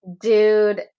Dude